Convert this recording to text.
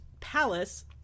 palace